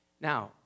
Now